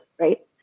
right